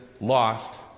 lost